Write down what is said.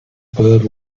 bird